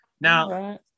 Now